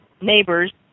neighbors